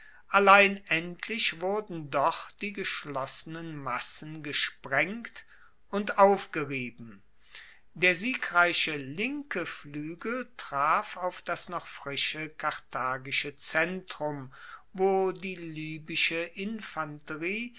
allein endlich wurden doch die geschlossenen massen gesprengt und aufgerieben der siegreiche linke fluegel traf auf das noch frische karthagische zentrum wo die libysche infanterie